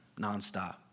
nonstop